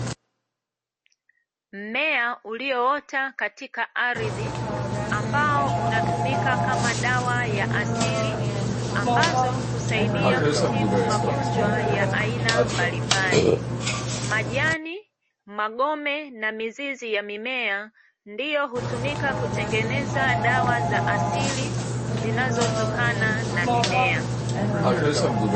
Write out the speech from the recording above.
Mmea ulioota katika aridhi, ambao unatumika kama dawa ya asili, ambazo husaidia kutibu magonjwa ya aina mbalimbali. Majani, magome na mizizi ya mimea, ndiyo hutumika kutengeneza dawa za asili zinazotokana na mimea.